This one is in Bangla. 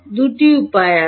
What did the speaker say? দুটি উপায় আছে